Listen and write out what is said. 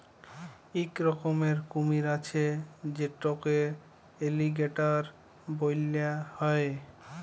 ইক রকমের কুমির আছে যেটকে এলিগ্যাটর ব্যলা হ্যয়